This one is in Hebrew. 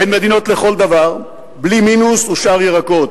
הן מדינות לכל דבר, בלי מינוס ושאר ירקות,